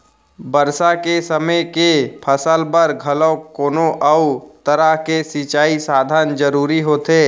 बरसा के समे के फसल बर घलोक कोनो अउ तरह के सिंचई साधन जरूरी होथे